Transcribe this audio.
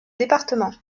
département